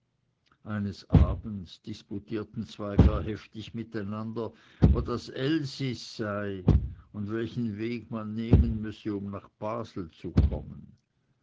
eines abends disputierten zwei gar heftig mit einander wo das elsis sei und welchen weg man nehmen müsse um nach basel zu kommen